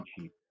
cheap